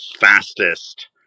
fastest